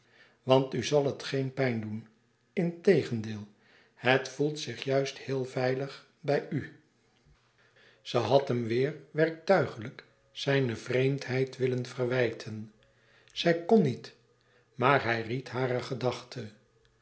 want u zal het geen pijn doen integendeel het voelt zich juist heel veilig bij u louis couperus extaze een boek van geluk ze had hem weêr werktuigelijk zijne vreemdheid willen verwijten zij kon niet maar hij ried hare gedachte